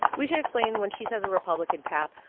we should explain. when she says a republican path,